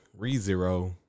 ReZero